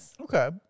Okay